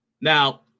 Now